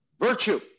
Virtue